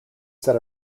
set